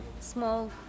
small